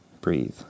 breathe